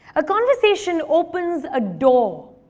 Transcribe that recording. a conversation opens a door.